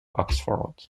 oxford